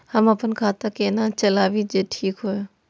हम अपन खाता केना चलाबी जे ठीक होय?